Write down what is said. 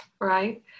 right